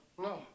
No